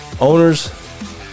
Owners